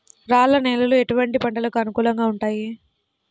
రాళ్ల నేలలు ఎటువంటి పంటలకు అనుకూలంగా ఉంటాయి?